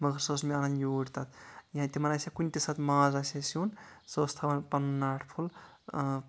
مَگر سۄ ٲسۍ مےٚ اَنان یورۍ تَتھ یا تِمن آسہِ ہا کُنہِ ساتہٕ ماز آسہِ ہا سیُن سۄ ٲس تھاوان پَنُن ناٹہٕ پھوٚل